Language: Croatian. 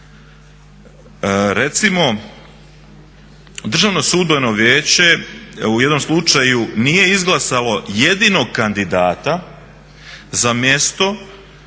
Recimo Državno sudbeno vijeće u jednom slučaju nije izglasalo jedino kandidata za mjesto